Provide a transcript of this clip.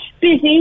Busy